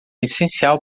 essencial